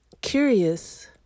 Curious